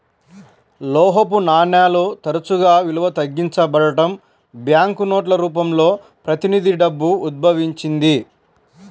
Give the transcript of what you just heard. లోహపు నాణేలు తరచుగా విలువ తగ్గించబడటం, బ్యాంకు నోట్ల రూపంలో ప్రతినిధి డబ్బు ఉద్భవించింది